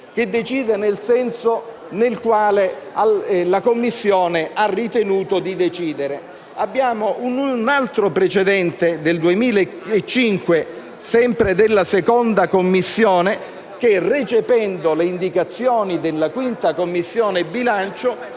che decide nel senso nel quale la Commissione ha ritenuto di decidere. Vi è poi un altro precedente del 2005, sempre della 2a Commissione, che, recependo le indicazioni della Commissione bilancio,